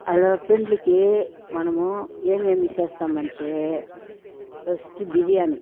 అలా పెండ్లికి మనము ఏమేమి చేస్తామంటే ఫస్ట్ బిర్యానీ